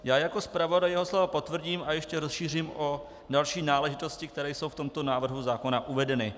Já jako zpravodaj jeho slova potvrdím a ještě rozšířím o další náležitosti, které jsou v tomto návrhu zákona uvedeny.